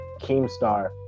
Keemstar